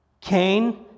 Cain